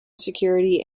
security